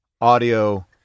audio